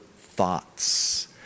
thoughts